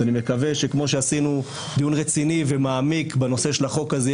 ואני מקווה שכמו שעשינו דיון רציני ומעמיק בחוק הזה,